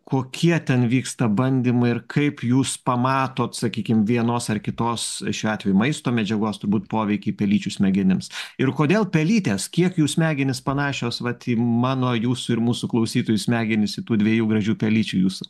kokie ten vyksta bandymai ir kaip jūs pamatot sakykim vienos ar kitos šiuo atveju maisto medžiagos turbūt poveikį pelyčių smegenims ir kodėl pelytės kiek jų smegenys panašios vat į mano jūsų ir mūsų klausytojų smegenis į tų dviejų gražių pelyčių jūsų